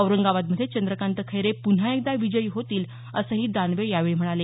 औरंगाबादमध्ये चंद्रकांत खैरे पुन्हा एकदा विजयी होतील असंही दानवे यावेळी म्हणाले